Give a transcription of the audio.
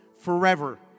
forever